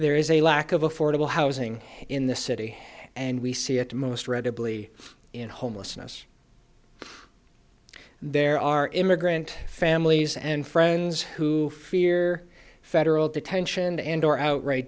there is a lack of affordable housing in the city and we see it most readily in homelessness there are immigrant families and friends who fear federal detention and or outright